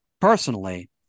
personally